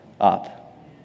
up